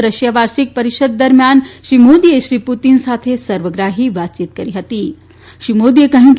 Russia વાર્ષિક પરિષદ દરમ્યાન શ્રી મોદીએ શ્રી પુતિન સાથે સર્વગ્રાહી વાતયીત કરી હતીશ્રી મોદીએ કહ્યું કે